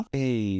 Hey